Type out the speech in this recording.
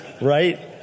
Right